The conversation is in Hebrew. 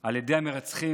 על ידי המרצחים